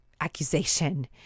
accusation